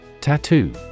Tattoo